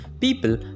People